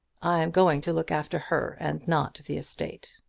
i am going to look after her, and not the estate.